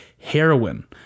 Heroin